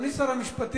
אדוני שר המשפטים,